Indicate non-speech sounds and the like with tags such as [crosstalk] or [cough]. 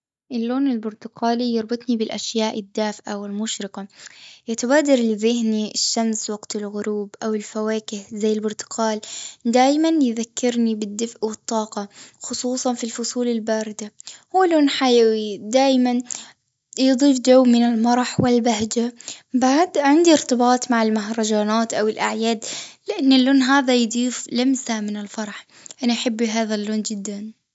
اللون البرتقالي، يربطني بالأشياء الدافئة والمشرقة. يتبادر لذهني، الشمس [noise] وقت الغروب، أو الفواكه، زي البرتقال. دايماً يذكرني بالدفء والطاقة، خصوصاً، في الفصول الباردة. هو لون حيوي، [hesitation] دايماً [hesitation] يضيف جو من المرح [noise] والبهجة. بعد، عندي ارتباط مع المهرجانات أو الأعياد، لأن اللون هذا، يضيف لمسة من الفرح. أنا أحب هذا اللون جداً.